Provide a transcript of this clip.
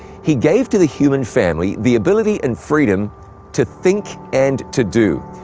he gave to the human family the ability and freedom to think and to do.